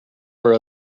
are